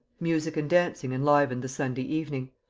music and dancing enlivened the sunday evening.